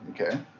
Okay